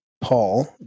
Paul